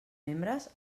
membres